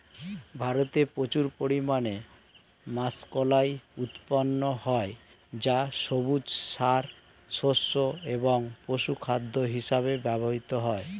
ভারতে প্রচুর পরিমাণে মাষকলাই উৎপন্ন হয় যা সবুজ সার, শস্য এবং পশুখাদ্য হিসেবে ব্যবহৃত হয়